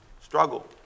struggle